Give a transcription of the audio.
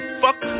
fuck